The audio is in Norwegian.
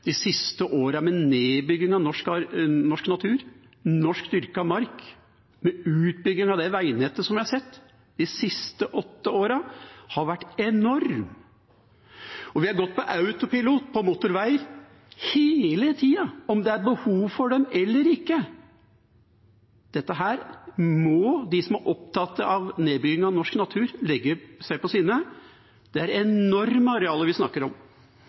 med nedbygging av norsk natur og norsk dyrket mark og utbyggingen av veinettet vi har sett de siste åtte årene – har vært enormt. Og vi har gått på autopilot på motorveier hele tida, enten det er behov for dem eller ikke. Dette må de som er opptatt av nedbygging av norsk natur, legge seg på sinne. Det er enorme arealer vi snakker om.